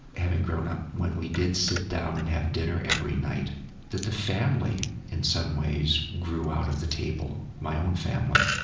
having grown up when we did sit down and have dinner every night that the family in some ways grew out of the table, my own family.